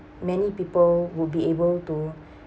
many people will be able to